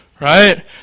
Right